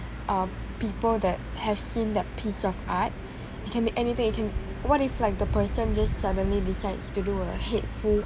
um people that have seen that piece of art it can be anything it can what if like the person just suddenly decides to do a hateful